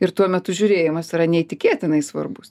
ir tuo metu žiūrėjimas yra neįtikėtinai svarbus